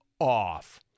off